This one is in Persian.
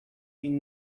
این